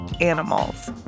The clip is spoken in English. animals